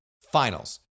finals